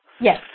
Yes